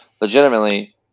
legitimately